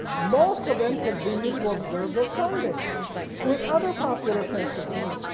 most of them continued to observe the sunday with other popular festivals.